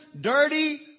dirty